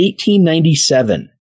1897